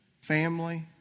family